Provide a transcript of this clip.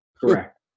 correct